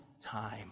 time